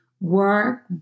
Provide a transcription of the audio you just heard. work